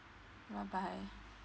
bye bye